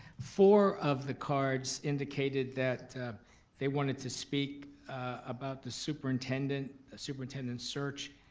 four of the cards indicated that they wanted to speak about the superintendent ah superintendent search.